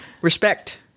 Respect